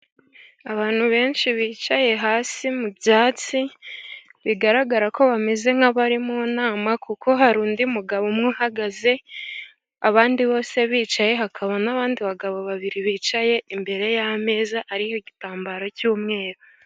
Abantu benshi bicaye hasi mu byatsi bigaragara ko bameze nk'abari mu inama kuko hari undi mugabo umwe uhagaze abandi bose bicaye. Hakaba n'abandi bagabo babiri bicaye imbere y'ameza ariho igitambaro cy'umweru.